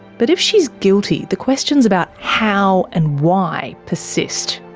but if she's guilty, the questions about how and why persist.